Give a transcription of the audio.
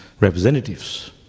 representatives